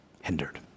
hindered